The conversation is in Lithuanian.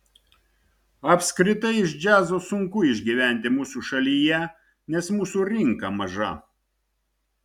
apskritai iš džiazo sunku išgyventi mūsų šalyje nes mūsų rinka maža